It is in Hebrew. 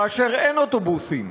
כאשר אין אוטובוסים.